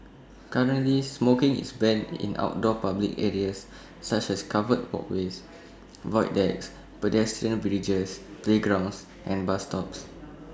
currently smoking is banned in outdoor public areas such as covered walkways void decks pedestrian bridges playgrounds and bus stops